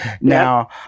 Now